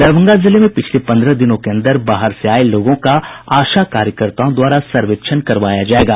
दरभंगा जिले में पिछले पन्द्रह दिनों के अंदर बाहर से आये लोगों का आशा कार्यकार्ताओं द्वारा सर्वेक्षण करवाया जायेगा